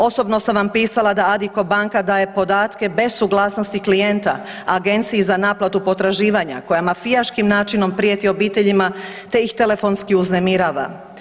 Osobno sam vam pisala da Addiko banka daje podatke bez suglasnosti klijenta Agenciji za naplatu potraživanja koja mafijaškim načinom prijeti obiteljima te ih telefonski uznemirava.